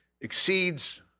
exceeds